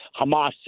Hamas